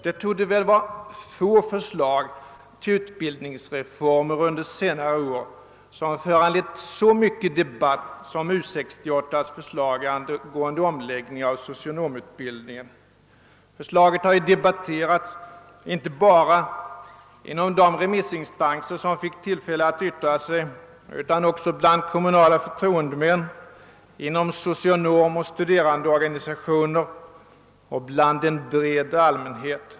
Det torde vara få förslag till utbildningsreformer under senare år som föranlett så mycken debatt som U 68:s förslag angående omläggning av socionomutbildningen. Förslaget har debatterats inte bara inom de remissinstanser som fick tillfälle att yttra sig utan också bland kommunala förtroendemän, inom socionomoch studerandeorganisationer och bland en bred allmänhet.